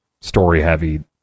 story-heavy